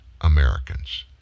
Americans